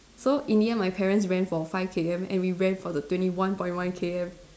so in the end my parents ran for five K_M and we ran for the twenty one point one K_M